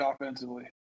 offensively